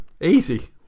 easy